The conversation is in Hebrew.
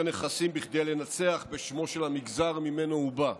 נכסים כדי לנצח בשמו של המגזר שממנו הוא בא.